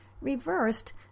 reversed